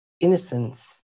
innocence